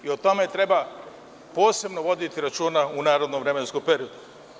O tome treba posebno voditi računa u narednom vremenskom periodu.